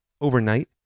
overnight